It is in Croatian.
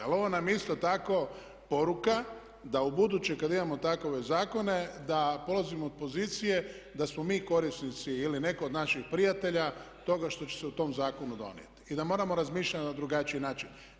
Ali ovo nam je isto tako poruka, da u buduće kad imamo takove zakone da polazimo od pozicije da smo mi korisnici ili netko od naših prijatelja toga što će se u tom zakonu donijeti i da moramo razmišljati na drugačiji način.